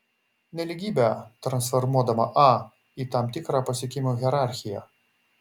nelygybę transformuodama a į tam tikrą pasiekimų hierarchiją